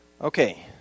Okay